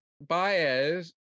Baez